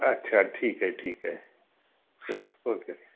अच्छा ठीक आहे ठीक आहे तर ओके